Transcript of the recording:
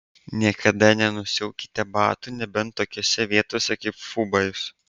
niekada nenusiaukite batų nebent tokiose vietose kaip fubajus